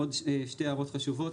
עוד שתי הערות חשובות.